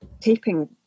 taping